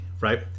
right